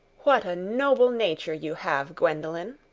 what a noble nature you have, gwendolen!